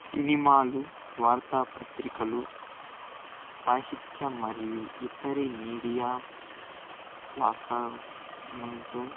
సినిమాలు వార్తాపత్రికలు సాహిత్యం మరియు ఇతర మీడియా ప్లాట్ఫార్మ్లతో